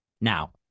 now